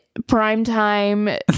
primetime